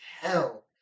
hell